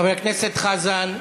חבר הכנסת חזן,